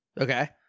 Okay